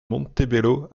montebello